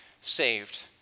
saved